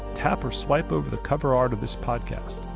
tap or swipe over the cover art of this podcast,